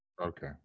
Okay